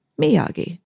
Miyagi